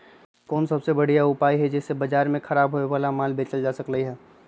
कोन सबसे बढ़िया उपाय हई जे से बाजार में खराब होये वाला माल बेचल जा सकली ह?